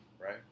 Right